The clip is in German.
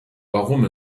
warum